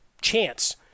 chance